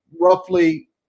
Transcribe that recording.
roughly